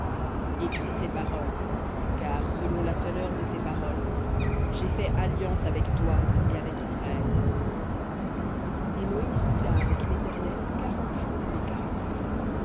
écris ces paroles car selon la teneur de ces paroles j'ai fait alliance avec toi et avec israël et fut là avec l'éternel quarante jours et quarante nuits